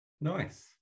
Nice